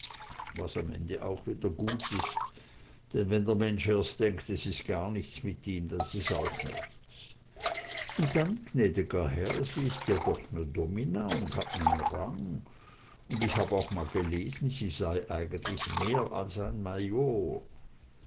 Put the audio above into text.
was am ende auch wieder gut is denn wenn der mensch erst denkt es is gar nichts mit ihm dann is es auch nichts und dann gnäd'ger herr sie is ja doch ne domina und hat nen rang und ich hab auch mal gelesen sie sei eigentlich mehr als ein major